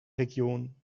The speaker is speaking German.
region